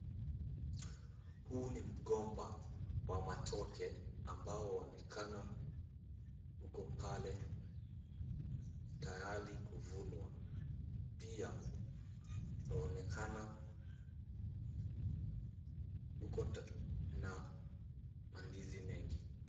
Huu ni mgomba wa matoke ambao waonekana uko pale tayari kuvunwa. Pia unaonekana uko na mandizi mengi.